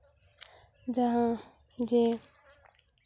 ᱡᱟᱦᱟᱸ ᱡᱮ